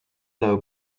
low